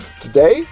Today